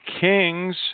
kings